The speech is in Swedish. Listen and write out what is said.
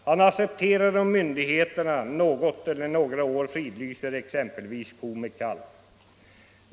Han accepterar om myndigheterna något eller några år fridlyser exempelvis ko med kalv.